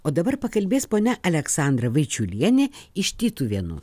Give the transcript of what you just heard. o dabar pakalbės ponia aleksandra vaičiulienė iš tytuvėnų